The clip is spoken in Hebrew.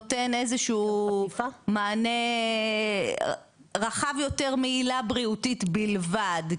נותן איזשהו מענה רחב יותר מעילה בריאותית בלבד,